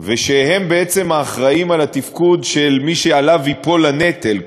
ושהם בעצם האחראים לתפקוד של מי שעליו ייפול הנטל,